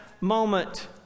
moment